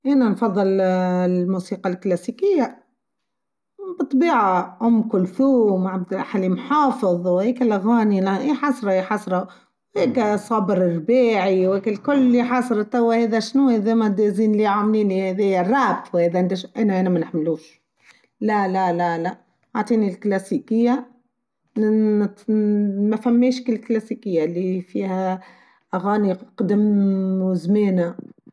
أنا نفظل الموسيقى الكلاسيكيه بطبيعه أم كلثوم ، عبد الحليم حافظ ، وهيك الأغاني يعني يا حسره يا حسره هيكا صابر الرباعي و هيكا الكل يا حسره توا هاذا شنو هاذا مادام يزينلي عامليني هاذايا راب و هنا أنا ما نحملوش لا لا لا لا عاطيني الكلاسيكيه مفهمناش الكلاسيكيه إلي هى فيها أغاني قديم و زوينه.